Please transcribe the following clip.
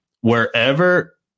Wherever